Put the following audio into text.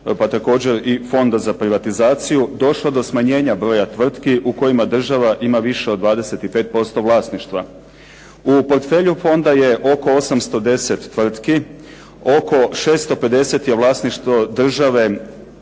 pa također i Fonda za privatizaciju došlo do smanjenja roja tvrtki u kojima država ima više od 25% vlasništva. U portfelju fonda je oko 810 tvrtki, oko 650 je vlasništvo države